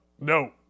no